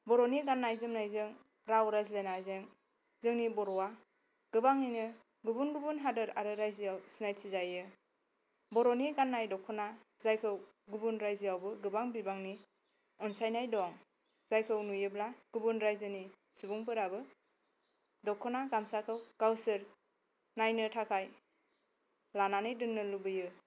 बर'नि गाननाय जोमनायजों राव रायज्लायनायजों जोंनि बर'आ गोबाङैनो गुबुन गुबुन हादोर आरो रायजोयाव सिनायथि जायो बर'नि गाननाय दख'ना जायखौ गुबुन रायजो आवबो गोबां बिबांनि अनसायनाय दं जायखौ नुयोब्ला गुबुन रायजोनि सुबुंफोराबो दख'ना गामसाखौ गावसोर नायनो थाखाय लानानै दोननो लुबैयो